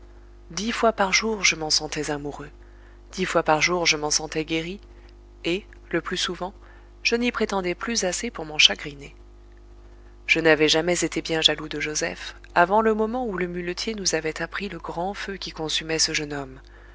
dix fois par jour je m'en sentais amoureux dix fois par jour je m'en sentais guéri et le plus souvent je n'y prétendais plus assez pour m'en chagriner je n'avais jamais été bien jaloux de joseph avant le moment où le muletier nous avait appris le grand feu qui consumait ce jeune homme